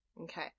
Okay